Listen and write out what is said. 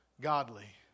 godly